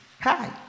Hi